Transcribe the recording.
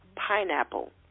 pineapple